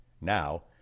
now